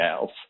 else